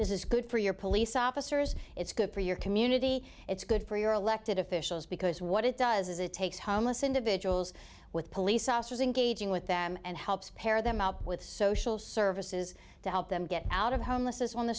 this is good for your police officers it's good for your community it's good for your elected officials because what it does is it takes homeless individuals with police officers engaging with them and helps pair them up with social services to help them get out of homelessness on the